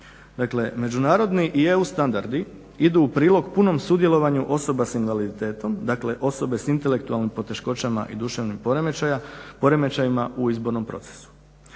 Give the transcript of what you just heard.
Dakle, međunarodni i EU standardi idu u prilog punom sudjelovanju osoba s invaliditetom, dakle osobe s intelektualnim poteškoćama i duševnim poremećajima u izbornom procesu.